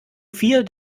vier